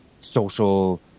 social